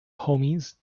homies